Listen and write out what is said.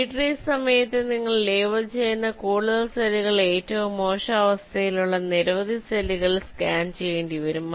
retrace സമയത്ത് നിങ്ങൾ label ചെയ്യുന്ന കൂടുതൽ സെല്ലുകൾ ഏറ്റവും മോശം അവസ്ഥയിലുള്ള നിരവധി സെല്ലുകൾ സ്കാൻ ചെയ്യേണ്ടിവരും